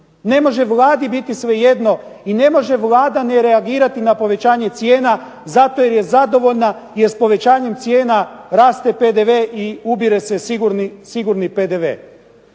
Ne može Vladi biti svejedno i ne može Vlada ne reagirati na povećanje cijena zato jer je zadovoljna jer s povećanjem cijena raste PDV i ubire se sigurni PDV.